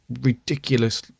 ridiculous